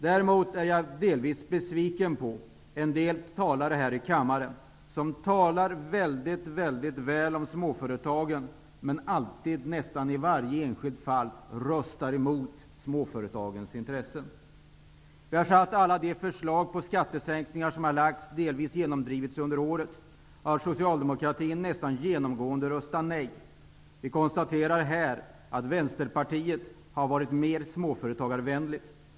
Däremot är jag delvis besviken på en del talare här i kammaren som talar mycket väl om småföretagen, men som nästan alltid i varje enskilt fall röstar emot småföretagens intressen. Vi har sett att vid alla de förslag på skattesänkningar som har lagts fram och delvis genomdrivits under året, har socialdemokraterna nästan genomgående röstat nej. Vi kan konstatera att Vänsterpartiet har varit mer småföretagarvänligt.